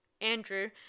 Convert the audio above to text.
andrew